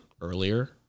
earlier